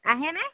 আহে নে